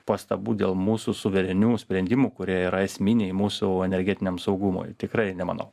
pastabų dėl mūsų suverenių sprendimų kurie yra esminiai mūsų energetiniam saugumui tikrai nemanau